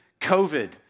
COVID